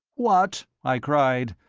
what! i cried,